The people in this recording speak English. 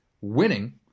winning